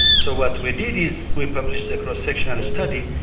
so what we did is we published a cross-sectional study.